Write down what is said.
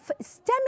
stemming